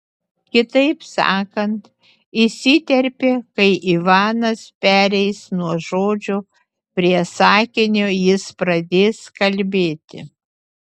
kitaip sakant įsiterpė kai ivanas pereis nuo žodžio prie sakinio jis pradės kalbėti